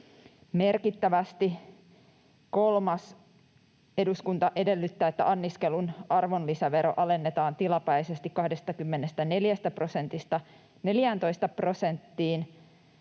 merkittävästi.” Kolmas: ”Eduskunta edellyttää, että anniskelun arvonlisävero alennetaan tilapäisesti 24 prosentista 14 prosenttiin.”